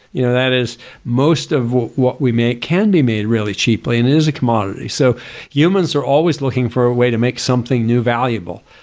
you know that is most of what we make can be made really cheaply and it is a commodity. so humans are always looking for a way to make something new valuable.